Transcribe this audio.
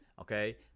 okay